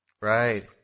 Right